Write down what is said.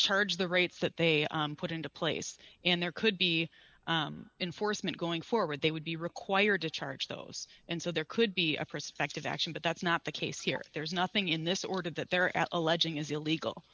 charge the rates that they put into place and there could be enforcement going forward they would be required to charge those and so there could be a prospective action but that's not the case here there's nothing in this order that they're at alleging is illegal